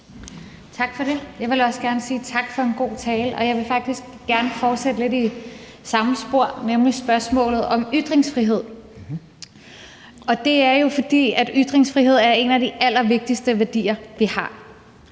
Tak for det. Jeg vil også gerne sige tak for en god tale, og jeg vil faktisk gerne fortsætte lidt i samme spor, nemlig spørgsmålet om ytringsfrihed, for ytringsfrihed er en af de allervigtigste værdier, vi har.